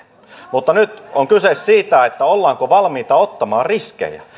mutta nyt on kyse siitä ollaanko valmiita ottamaan riskejä